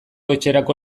etxerako